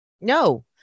No